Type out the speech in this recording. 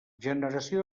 generació